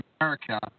America